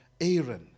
Aaron